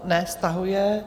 Ne, stahuje.